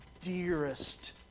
dearest